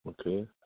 Okay